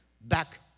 back